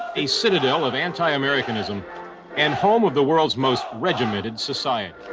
a citadel of anti-americanism and home of the world's most regimented society